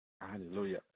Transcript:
Hallelujah